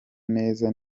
neza